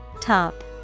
Top